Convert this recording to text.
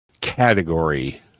category